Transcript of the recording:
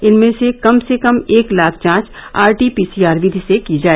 इनमें से कम से कम एक लाख जांच आरटीपीसीआर विधि से की जाए